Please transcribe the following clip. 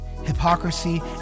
hypocrisy